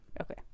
okay